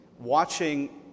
watching